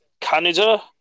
Canada